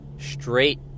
Straight